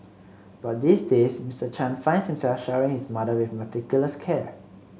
but these days Mister Chan finds himself showering his mother with meticulous care